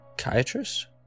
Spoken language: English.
Psychiatrist